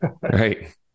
right